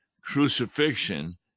crucifixion